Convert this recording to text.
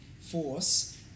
force